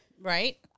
Right